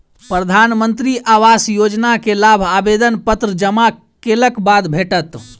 प्रधानमंत्री आवास योजना के लाभ आवेदन पत्र जमा केलक बाद भेटत